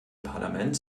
parlament